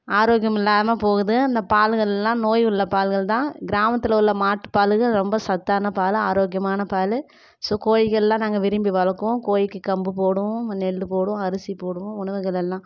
ஆரோக்கியம் இல்லாமல் போகுது அந்த பால்கள்லாம் நோய் உள்ள பால்கள் தான் கிராமத்தில் உள்ள மாட்டுப் பால்கள் ரொம்ப சத்தான பால் ஆரோக்கியமான பால் ஸோ கோழிகள்லாம் நாங்கள் விரும்பி வளர்க்குவோம் கோழிக்கு கம்பு போடுவோம் நெல் போடுவோம் அரிசி போடுவோம் உணவுகளெல்லாம்